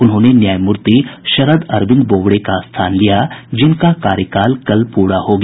उन्होंने न्यायमूर्ति शरद अरविंद बोबडे का स्थान लिया है जिनका कार्यकाल कल पूरा हो गया